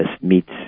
meets